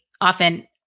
often